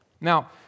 now